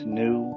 new